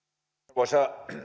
arvoisa